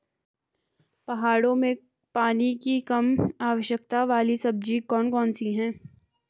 पहाड़ों में पानी की कम आवश्यकता वाली सब्जी कौन कौन सी हैं?